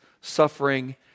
suffering